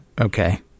okay